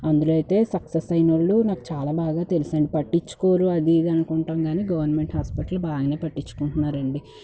అందులో అయితే సక్సెస్ అయిన వాళ్లు నాకు చాలా బాగా తెలుసండి పట్టించుకోరు అది ఇది అనుకుంటాం కాని గవర్నమెంట్ హాస్పిటల్లో బాగానే పట్టించుకుంటున్నారండి